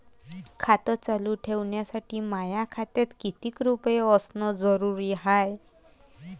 खातं चालू ठेवासाठी माया खात्यात कितीक रुपये असनं जरुरीच हाय?